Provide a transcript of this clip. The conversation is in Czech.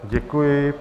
Děkuji.